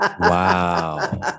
Wow